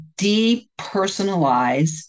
depersonalize